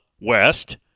West